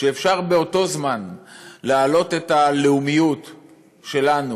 שאפשר באותו זמן להעלות את הלאומיות שלנו,